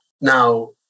Now